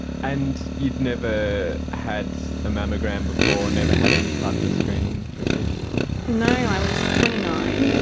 and you'd never had a mammogram before, and never had any type of screening procedure before? no, i was twenty nine.